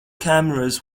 cameras